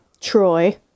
Troy